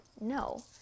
No